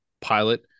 Pilot